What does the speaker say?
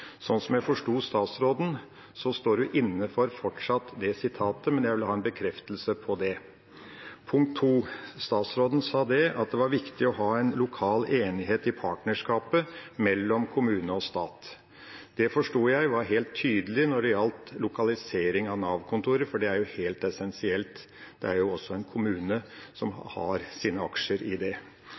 jeg forsto statsråden, står hun fortsatt inne for det sitatet, men jeg vil ha en bekreftelse på det. Punkt to: Statsråden sa at det var viktig å ha lokal enighet i partnerskapet mellom kommune og stat. Det forsto jeg var helt tydelig når det gjaldt lokalisering av Nav-kontorer, for det er helt essensielt; det er også en kommune som har sine aksjer i det.